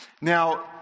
now